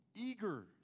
eager